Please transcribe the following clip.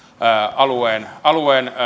alueen alueen